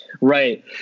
right